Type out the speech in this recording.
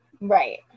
Right